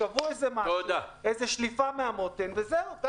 קבעו שליפה מהמותן וזהו.